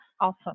awesome